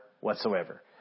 whatsoever